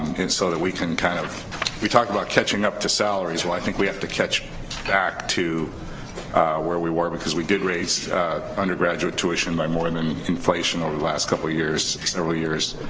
and so that we can kind of we talk about catching up to salaries. well i think we have to catch back to where we were because we did raise undergraduate tuition by more than inflation over the last couple years, in several years,